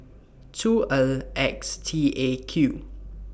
two L X T A Q